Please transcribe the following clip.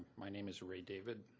my name is ray david.